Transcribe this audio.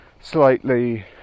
slightly